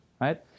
right